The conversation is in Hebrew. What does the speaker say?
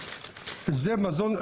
- זה מזון,